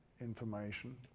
information